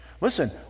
Listen